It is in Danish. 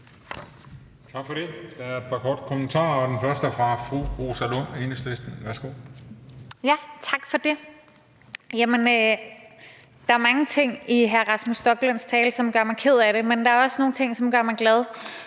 Tak for det. Der er et par korte bemærkninger, og den første er fra fru Rosa Lund, Enhedslisten. Værsgo. Kl. 22:18 Rosa Lund (EL): Tak for det. Der er mange ting i hr. Rasmus Stoklunds tale, som gør mig ked af det, men der er også nogle ting, der gør mig glad.